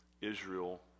Israel